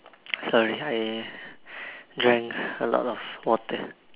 sorry I drank a lot of water